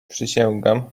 przysięgam